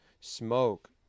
smoke